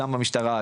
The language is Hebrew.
גם במשטרה,